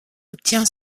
obtient